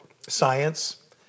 science